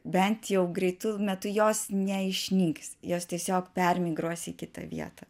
bent jau greitu metu jos neišnyks jos tiesiog permigruos į kitą vietą